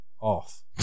off